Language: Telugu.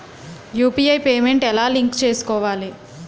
యు.పి.ఐ పేమెంట్ ఎలా లింక్ చేసుకోవాలి?